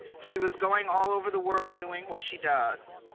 she was going all over the world doing what she does.